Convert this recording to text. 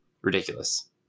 Ridiculous